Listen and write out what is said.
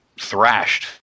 thrashed